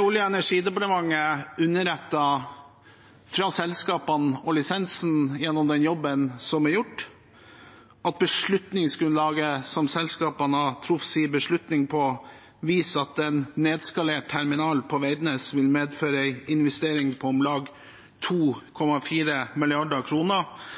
Olje- og energidepartementet er underrettet av selskapene og lisensen gjennom den jobben som er gjort, om at beslutningsgrunnlaget som selskapene har truffet sin beslutning på, viser at en nedskalert terminal på Veidnes ville medføre en investering på om lag 2,4